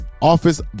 office